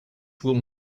will